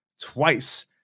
twice